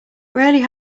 rarely